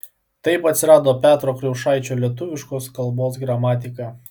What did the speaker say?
taip atsirado petro kriaušaičio lietuviškos kalbos gramatika